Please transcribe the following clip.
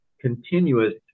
continuous